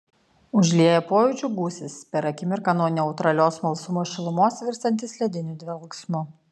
užlieja pojūčių gūsis per akimirką nuo neutralios smalsumo šilumos virstantis lediniu dvelksmu